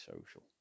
social